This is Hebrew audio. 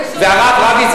והרב רביץ,